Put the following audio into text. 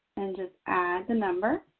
and just add the number.